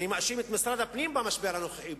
אני מאשים את משרד הפנים במשבר הנוכחי.